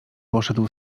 poszedł